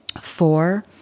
Four